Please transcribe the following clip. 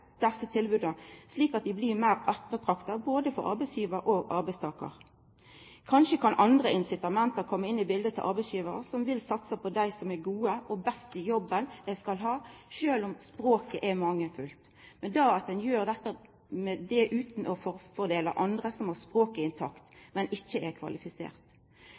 slik at dei blir meir ettertrakta både for arbeidsgivarar og for arbeidstakarar. Kanskje kan andre incitament koma inn i biletet for arbeidsgivarar som vil satsa på dei som er gode – og best – i den jobben dei skal ha, sjølv om språket er mangelfullt, men at ein då kan gjera noko med det utan å forfordela andre som har språket intakt, men som ikkje er